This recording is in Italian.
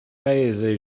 paese